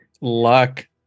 luck